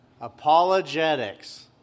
Apologetics